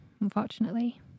Unfortunately